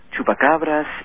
chupacabras